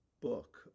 book